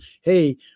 Hey